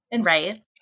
Right